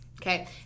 okay